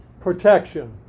protection